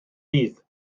dydd